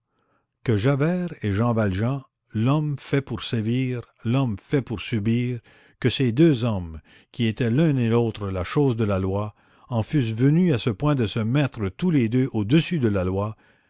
que javert et jean valjean l'homme fait pour sévir l'homme fait pour subir que ces deux hommes qui étaient l'un et l'autre la chose de la loi en fussent venus à ce point de se mettre tous les deux au-dessus de la loi